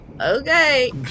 Okay